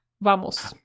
Vamos